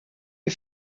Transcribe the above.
est